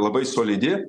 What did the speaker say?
labai solidi